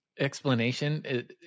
explanation